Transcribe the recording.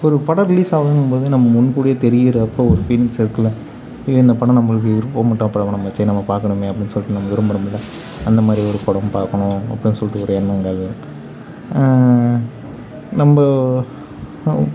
ஒரு படம் ரிலீஸ் ஆகுதுங்கும் போது நம்ப முன்கூட்டியே தெரியறப்ப ஒரு ஃபீலிங்க்ஸ் இருக்குதுல ஐயோ இந்த படம் நம்மளுக்கு விருப்பப்பட்ட படமாச்சே நம்ம பார்க்கணுமே அப்படின்னு சொல்லிவிட்டு நம்ம விரும்பறோம்ல அந்த மாதிரி ஒரு படம் பார்க்கணும் அப்படின்னு சொல்லிவிட்டு ஒரு எண்ணம் உண்டாகுது நம்ப